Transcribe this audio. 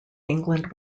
england